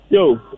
Yo